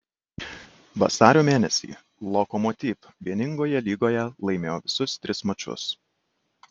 vasario mėnesį lokomotiv vieningoje lygoje laimėjo visus tris mačus